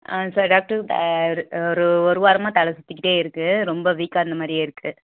ஆ sir doctor ஒரு ஒரு ஒரு வாரமாக தலை சுற்றிக்கிட்டே இருக்குது ரொம்ப வீக்காக இருந்த மாதிரியே இருக்குது